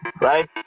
right